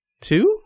two